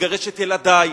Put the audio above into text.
לגרש את ילדי,